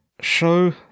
show